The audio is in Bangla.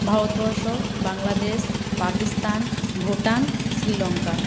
ভারতবর্ষ বাংলাদেশ পাকিস্তান ভুটান শ্রীলংকা